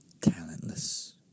Talentless